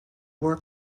were